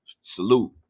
Salute